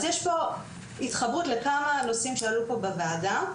אז יש פה התחברות לכמה נושאים שעלו בוועדה,